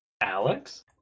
Alex